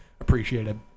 appreciated